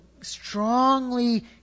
strongly